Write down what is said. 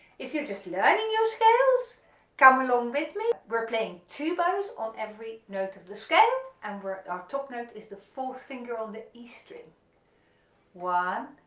if you're just learning your scales come along with me we're playing two bows on every note of the scale and our top note is the fourth finger on the e string one,